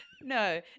No